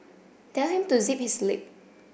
tell him to zip his lip